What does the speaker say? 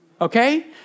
Okay